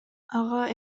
ага